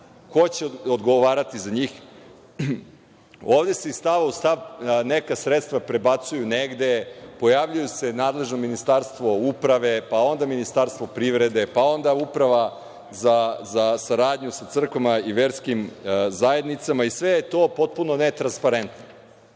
ko će odgovarati za njih. Ovde se iz stava u stav, neka sredstava prebacuju negde, pojavljuju se nadležna ministarstva, uprave, pa onda Ministarstvo privrede, pa onda Uprava za saradnju sa crkvama i verskim zajednicama i sve je to potpuno netransparentno